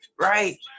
right